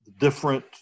different